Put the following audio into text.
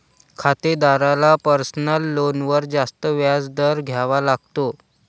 खातेदाराला पर्सनल लोनवर जास्त व्याज दर द्यावा लागतो